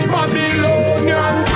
Babylonian